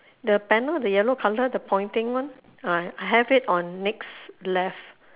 the panel the yellow colour the pointing one ah I have it on next left